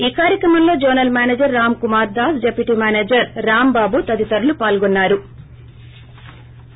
ఈ కార్యక్రమంలో zonal manager Ram Kumar Das deputy manager Rambabu తదితరులు పాల్గొన్నారు